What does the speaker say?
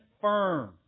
firm